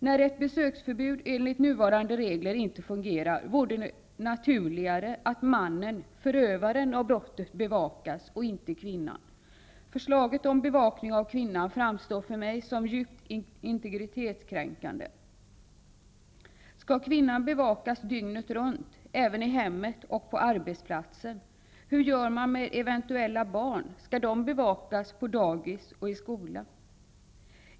När ett besöksförbud enligt nuvarande regler inte fungerar vore det naturligare att mannen, förövaren av brottet, bevakas och inte kvinnan. Förslaget om bevakning av kvinnan framstår för mig som djupt integritetskränkande. Skall kvinnan bevakas dygnet runt, även i hemmet och på arbetsplatsen? Hur gör man med eventuella barn, skall de bevakas på dagis och skola?